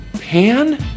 Pan